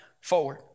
forward